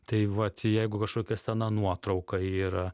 tai vat jeigu kažkokia sena nuotrauka yra